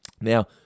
Now